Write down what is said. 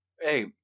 Hey